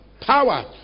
Power